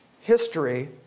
history